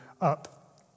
up